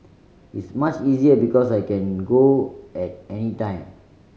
is much easier because I can go at any time